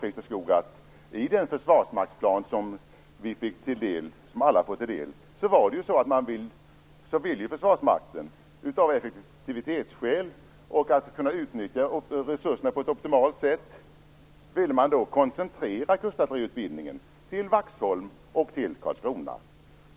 I den försvarsmaktsplan som alla fått ta del av vill Försvarsmakten koncentrera kustartilleriutbildningen till Vaxholm och Karlskrona av effektivitetsskäl och för att kunna utnyttja resurserna på ett optimalt sätt. Är det inte så, Christer Skoog?